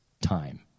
time